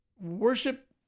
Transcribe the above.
worship